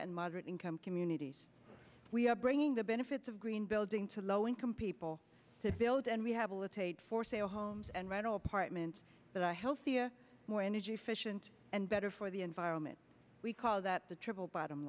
and moderate income communities we are bringing the benefits of green building to low income people to build and we have all the tate for sale homes and rental apartments that i healthy a more energy efficient and better for the environment we call that the triple bottom